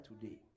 today